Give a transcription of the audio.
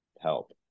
help